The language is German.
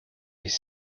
ich